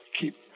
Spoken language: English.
keep